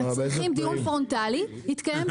ומצריכים דיון פרונטלי, יתקיים דיון פרונטלי.